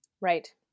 Right